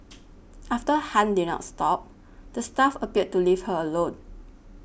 after Han did not stop the staff appeared to leave her alone